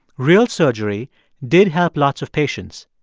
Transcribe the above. real surgery did help lots of patients,